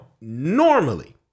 normally